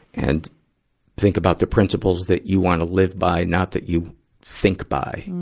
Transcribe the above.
and think about the principles that you wanna live by, not that you think by,